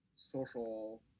social